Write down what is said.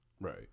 Right